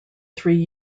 three